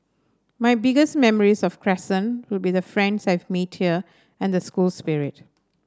my biggest memories of Crescent will be the friends I've made here and the school spirit